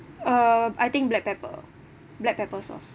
uh I think black pepper black pepper sauce